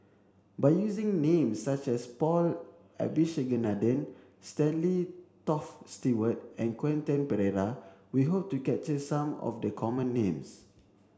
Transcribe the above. by using names such as Paul Abisheganaden Stanley Toft Stewart and Quentin Pereira we hope to capture some of the common names